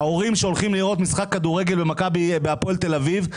ההורים שהולכים לראות משחק כדורגל בהפועל תל אביב,